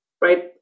right